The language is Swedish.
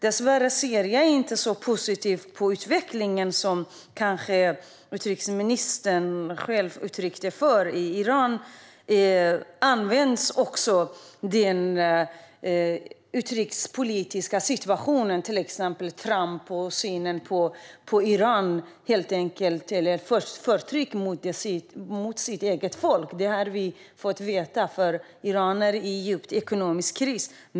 Dessvärre ser jag inte så positivt på utvecklingen som utrikesministern gör. I Iran används också den utrikespolitiska situationen, till exempel Trump, för förtrycket mot det egna folket. Iran är i djup ekonomisk kris.